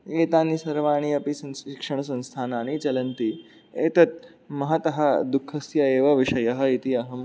एतानि सर्वाणि अपि संस्कृतशिक्षणसंस्थानानि चलन्ति एतत् महतः दुःखस्य एव विषयः इति अहं